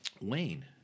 Wayne